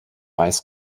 weiß